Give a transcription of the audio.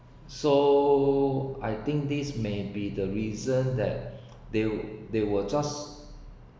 so I think this may be the reason that they will they will just